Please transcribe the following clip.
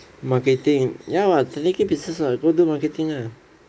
marketing ya [what] technically business [what] go do marketing lah